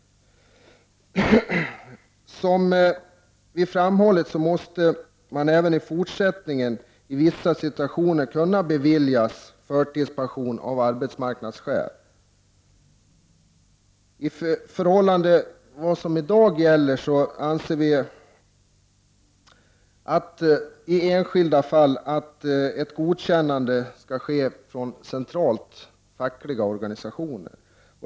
Som vi framhållit måste man även i fortsättningen i vissa situationer kunna bevilja förtidspension av arbetsmarknadsskäl. I förhållande till vad som gäller i dag bör dock förtidspension av angivna skäl i de enskilda fallen kräva godkännande av en central facklig organisation.